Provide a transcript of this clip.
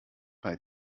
bei